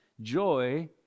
Joy